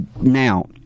now